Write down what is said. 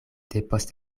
depost